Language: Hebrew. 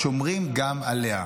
שומרים גם עליה.